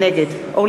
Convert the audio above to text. נגד מיקי לוי,